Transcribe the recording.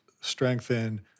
strengthen